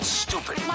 stupid